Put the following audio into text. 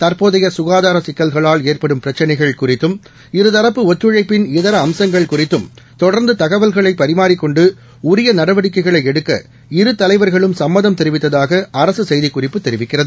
தற்போதைய சுகாதார சிக்கல்களால் ஏற்படும் பிரச்சினைகள் குறித்தும் இருதரப்பு ஒத்துழைப்பின் இதர அம்சங்கள் குறித்தும் தொடர்ந்து தகவல்களை பரிமாறிக் கொண்டு உரிய நடவடிக்கைகளை எடுக்க இரு தலைவர்களும் சம்மதம் தெரிவித்தாக அரசு செய்திக் குறிப்பு தெரிவிக்கிறது